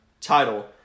title